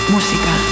Música